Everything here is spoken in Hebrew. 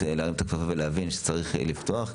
צריך להרים את הכפפה ולהבין שצריך לפתוח,